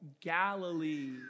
Galilee